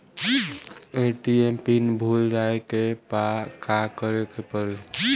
ATM pin भूल जाए पे का करे के पड़ी?